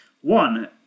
One